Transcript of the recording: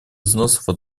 взносов